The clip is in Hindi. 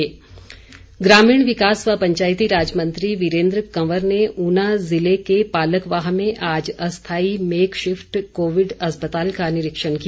वीरेन्द्र कंवर ग्रामीण विकास व पंचायती राज मंत्री वीरेन्द्र कंवर ने ऊना ज़िले के पालकवाह में आज अस्थायी मेक शिफ्ट कोविड अस्पताल का निरीक्षण किया